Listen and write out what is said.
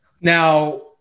Now